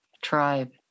tribe